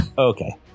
Okay